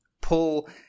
pull